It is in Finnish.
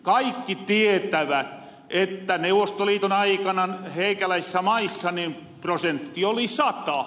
kaikki tietävät että neuvostoliiton aikana heikäläisissä maissa prosentti oli sata